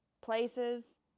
places